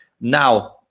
Now